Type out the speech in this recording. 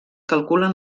calculen